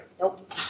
Nope